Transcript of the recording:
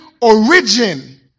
origin